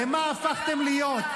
למה הפכתם להיות?